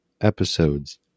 episodes